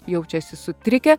jaučiasi sutrikę